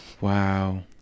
Wow